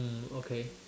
mm okay